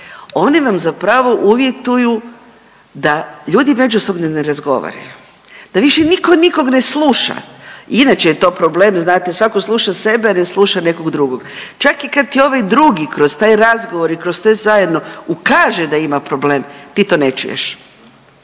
oni vam zapravo uvjetuju da ljudi međusobno ne razgovaraju, da više niko nikog ne sluša. Inače je to problem, znate svako sluša sebe, ne sluša nekog drugog, čak i kad ti ovaj drugi kroz taj razgovor i kroz sve zajedno ukaže da ima problem, ti to ne čuješ.